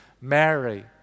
Mary